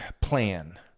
plan